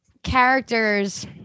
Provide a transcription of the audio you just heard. characters